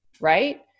Right